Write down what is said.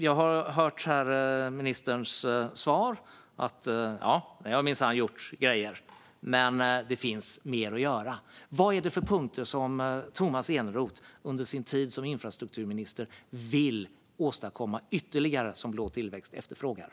Jag har hört ministerns svar att det minsann har gjorts grejer, men det finns mer att göra. Vilka ytterligare punkter som Blå tillväxt efterfrågar vill Tomas Eneroth åstadkomma under sin tid som infrastrukturminister?